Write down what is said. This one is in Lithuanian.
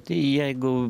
tai jeigu